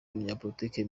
umunyapolitiki